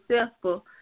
successful